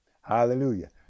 hallelujah